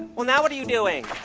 well, now what are you doing?